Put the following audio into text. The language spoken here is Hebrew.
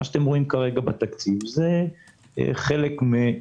מה שאתם רואים כרגע בתקציב זה חלק מן